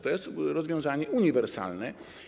To jest rozwiązanie uniwersalne.